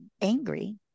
angry